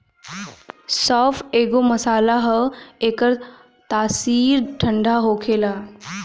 सौंफ एगो मसाला हअ एकर तासीर ठंडा होखेला